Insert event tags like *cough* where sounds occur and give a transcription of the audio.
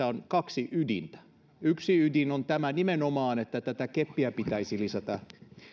*unintelligible* on kaksi ydintä yksi ydin on nimenomaan tämä että keppiä pitäisi lisätä